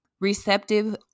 receptive